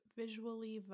visually